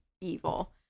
evil